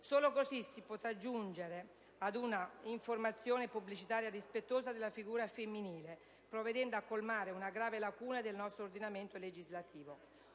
Solo così si potrà giungere ad un'informazione pubblicitaria rispettosa della figura femminile, provvedendo a colmare una grave lacuna del nostro ordinamento legislativo.